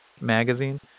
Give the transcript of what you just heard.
Magazine